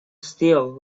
still